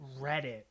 Reddit